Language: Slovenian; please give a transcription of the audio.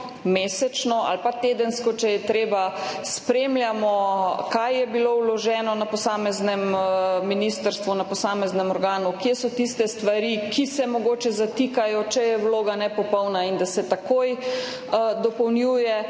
mesečno ali pa tedensko, če je treba, spremljamo, kaj je bilo vloženo na posameznem ministrstvu, na posameznem organu, kje so tiste stvari, ki se mogoče zatikajo, če je vloga nepopolna, in da se takoj dopolnjuje,